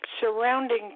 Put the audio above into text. surrounding